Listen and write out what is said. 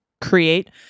create